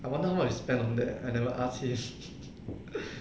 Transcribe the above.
I wonder how he spend on that ah I never ask him